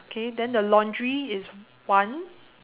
okay then the laundry is one